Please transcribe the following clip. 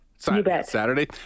Saturday